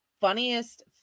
funniest